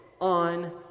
on